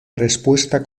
respuesta